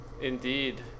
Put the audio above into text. Indeed